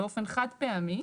באופן חד פעמי,